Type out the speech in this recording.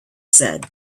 said